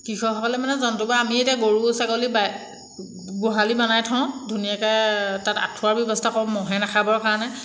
কৃষকসকলে মানে জন্তু বা আমিয়ে এতিয়া গৰু ছাগলী বাই গোহালি বনাই থওঁ ধুনীয়াকৈ তাত আঁঠুৱাৰ ব্যৱস্থা কৰোঁ মহে নাখাবৰ কাৰণে